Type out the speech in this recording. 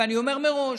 ואני אומר מראש: